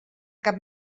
cap